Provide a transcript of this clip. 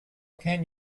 can